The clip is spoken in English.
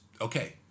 okay